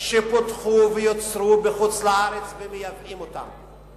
החוק הזה מדבר על חומרים שפותחו ויוצרו בחוץ-לארץ ומייבאים אותם.